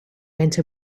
went